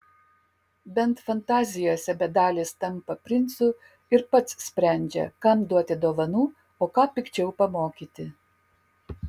bent fantazijose bedalis tampa princu ir pats sprendžia kam duoti dovanų o ką pikčiau pamokyti